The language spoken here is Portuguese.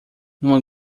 numa